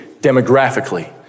demographically